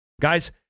Guys